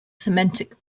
semantic